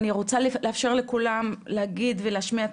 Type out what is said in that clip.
אני רוצה לאפשר לכולם להגיד ולהשמיע את